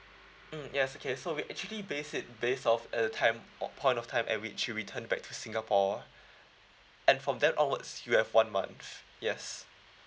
mm yes okay so we actually base it base of at a time point of time at which you returned back to singapore and from then onwards you have one month yes